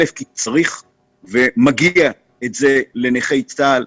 כי מגיע את זה לנכי צה"ל.